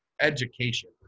education